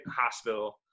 hospital